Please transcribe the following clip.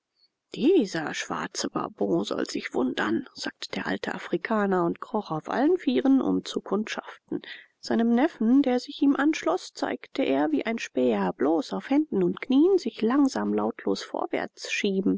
dieser schwarze vauban soll sich wundern sagte der alte afrikaner und kroch auf allen vieren um zu kundschaften seinem neffen der sich ihm anschloß zeigte er wie ein späher bloß auf händen und knien sich langsam lautlos vorwärts schieben